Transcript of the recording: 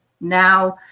now